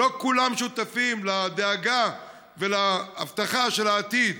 לא כולם שותפים לדאגה ולהבטחה של העתיד.